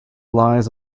lies